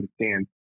understand